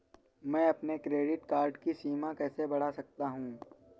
मैं अपने credit card की सीमा कैसे बढ़ा सकता हूँ?